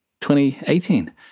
2018